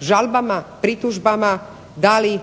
žalbama, pritužbama da li